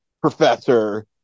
professor